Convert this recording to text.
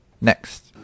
Next